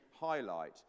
highlight